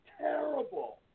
terrible